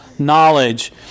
Knowledge